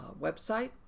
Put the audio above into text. website